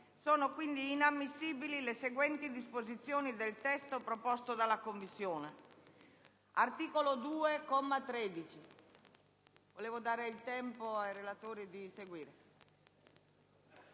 sono inammissibili le seguenti disposizioni del testo proposto dalla Commissione: